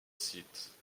site